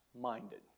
minded